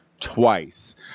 twice